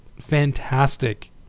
fantastic